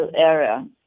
area